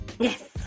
Yes